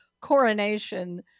coronation